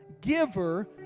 giver